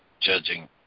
judging